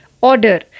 order